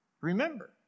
Remember